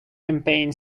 campaign